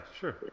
sure